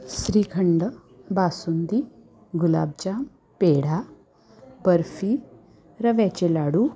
श्रीखंड बासुंदी गुलाबजाम पेढा बर्फी रव्याचे लाडू